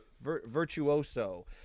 Virtuoso